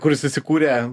kuris susikūrė